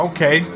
Okay